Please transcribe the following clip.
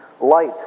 light